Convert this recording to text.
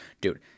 dude